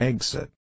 Exit